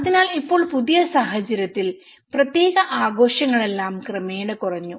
അതിനാൽ ഇപ്പോൾ പുതിയ സാഹചര്യത്തിൽ പ്രത്യേക ആഘോഷങ്ങളെല്ലാം ക്രമേണ കുറഞ്ഞു